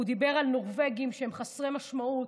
הוא דיבר על נורבגים שהם חסרי משמעות.